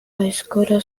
aizkora